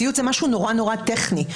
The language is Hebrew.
ציות זה משהו טכני מאוד,